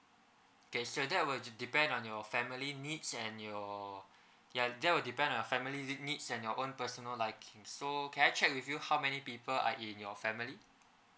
okay sir that will de~ depend on your family needs and your ya that would depend on your family need and your own personal liking so can I check with you how many people are in your family